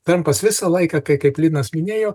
trumpas visą laiką kai kaip linas minėjo